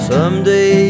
Someday